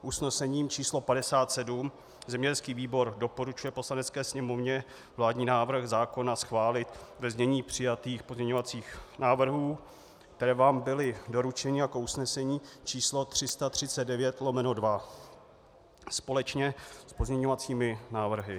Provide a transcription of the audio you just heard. Usnesením č. 57 zemědělský výbor doporučuje Poslanecké sněmovně vládní návrh zákona schválit ve znění přijatých pozměňovacích návrhů, které vám byly doručeny jako usnesení č. 339/2 společně s pozměňovacími návrhy.